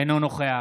אינו נוכח